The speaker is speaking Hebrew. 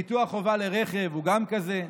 ביטוח חובה לרכב גם הוא כזה.